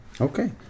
okay